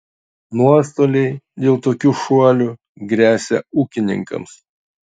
nuostoliai dėl tokių šuolių gresia ūkininkams